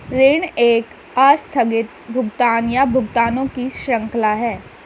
ऋण एक आस्थगित भुगतान, या भुगतानों की श्रृंखला है